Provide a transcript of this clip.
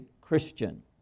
Christian